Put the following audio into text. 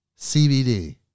CBD